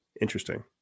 Interesting